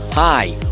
Hi